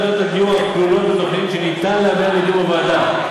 להפחית, הוועדה,